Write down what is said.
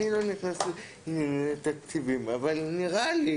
אני לא נכנס לתקציבים אבל נראה לי